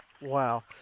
Wow